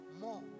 more